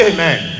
Amen